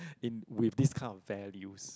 in with this kind of values